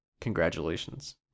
Congratulations